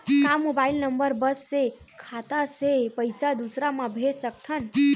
का mobile number बस से खाता से पईसा दूसरा मा भेज सकथन?